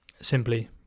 simply